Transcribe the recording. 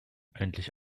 endlich